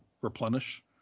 replenish